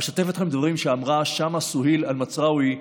אשתף אתכם בדברים שאמרה שאמה סוהיל אלמצרווי,